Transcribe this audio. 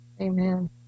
Amen